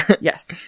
Yes